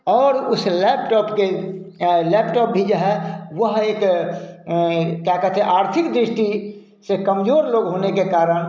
और उस लैपटॉप के लैपटॉप भी जो है वह एक क्या कहते हैं आर्थिक दृष्टि से कमजोर लोग होने के कारण